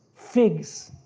figs,